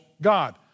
god